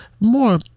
more